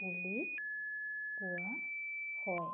বুলি কোৱা হয়